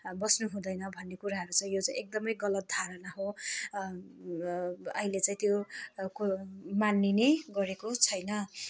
बस्नु हुँदैन भन्ने कुराहरू चाहिँ यो चाहिँ एकदमै गलत धारणा हो अहिले चाहिँ त्यो को मानिने गरेको छैन